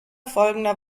folgender